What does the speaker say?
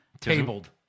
Tabled